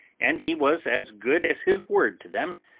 and he was as good as his word to them,